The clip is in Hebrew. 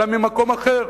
אלא ממקום אחר,